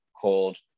called